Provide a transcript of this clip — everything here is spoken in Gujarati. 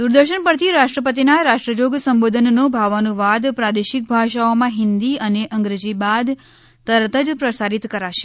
દૂરદર્શન પરથી રાષ્ટ્રપતિના રાષ્ટ્રજોગ સંબોધનનો ભાવાનુવાદ પ્રાદેશિક ભાષાઓમાં હિંદી અને અંગ્રેજી બાદ તરત જ પ્રસારીત કરાશે